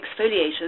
exfoliators